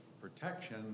protection